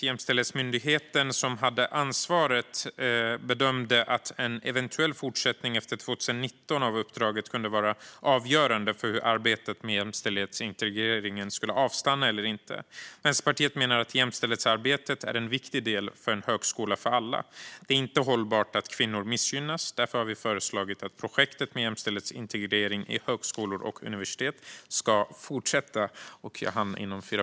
Jämställdhetsmyndigheten, som hade ansvaret, bedömde att en eventuell fortsättning av uppdraget efter 2019 kunde vara avgörande för huruvida arbetet med jämställdhetsintegrering skulle avstanna eller inte. Vänsterpartiet menar att jämställdhetsarbetet är en viktig del av en högskola för alla. Det är inte hållbart att kvinnor missgynnas. Därför har vi föreslagit att projektet Jämställdhetsintegrering i högskolor och universitet ska fortsätta.